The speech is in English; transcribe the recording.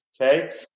okay